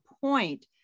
point